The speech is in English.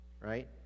right